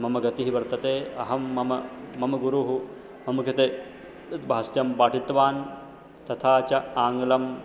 मम गतिः वर्तते अहं मम मम गुरुः मम कृते यद् भाष्यं पाठितवान् तथा च आङ्ग्लं